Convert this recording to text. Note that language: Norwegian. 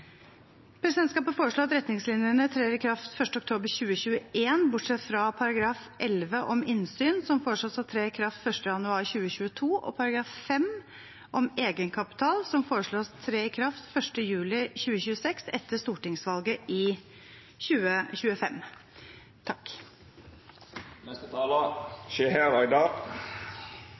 Presidentskapet foreslår at retningslinjene trer i kraft 1. oktober 2021, bortsett fra § 11, om innsyn, som foreslås å tre i kraft 1. januar 2022, og § 5, om egenkapital, som foreslås å tre i kraft 1. juli 2026, etter stortingsvalget i 2025.